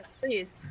Please